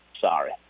Sorry